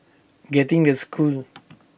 getting the school